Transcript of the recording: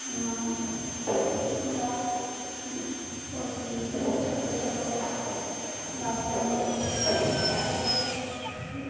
এবং আমরা পোল্ট্রি ছোটো ছোটো বাচ্চা নিয়ে আসে তাদেরকে